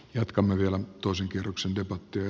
jatkamme vielä toisen kierroksen debattia